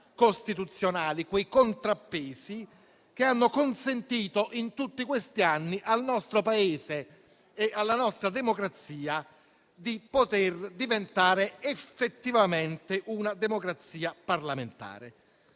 costituzionali, quei contrappesi che hanno consentito in tutti questi anni al nostro Paese e alla nostra democrazia di diventare effettivamente una democrazia parlamentare.